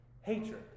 hatred